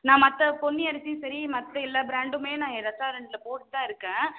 நான் மற்ற பொன்னி அரிசியும் சரி மற்ற எல்லா ப்ராண்டுமே நான் ஏன் ரெஸ்ட்டாரண்ட்டில போட்டுட்டுதான் இருக்கேன்